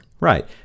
Right